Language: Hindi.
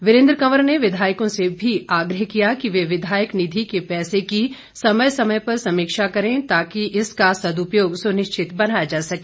वीरेंद्र कंवर ने विधायकों से भी आग्रह किया कि वे विधायक निधि के पैसे की समय समय पर समीक्षा करें ताकि इसका सदुपयोग सुनिश्चित बनाया जा सके